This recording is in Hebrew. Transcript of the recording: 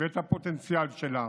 ואת הפוטנציאל שלה